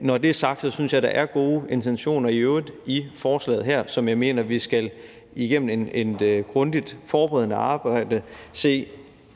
Når det er sagt, synes jeg, at der er gode intentioner i øvrigt i forslaget her, og jeg mener, vi igennem et grundigt forberedende arbejde skal se på,